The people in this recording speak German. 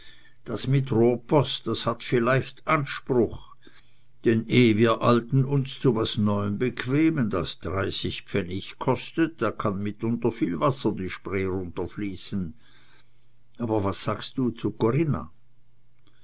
das mit rohrpost das hat vielleicht anspruch denn eh wir alten uns zu was neuem bequemen das dreißig pfennig kostet da kann mitunter viel wasser die spree runterfließen aber was sagst du zu corinna